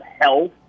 health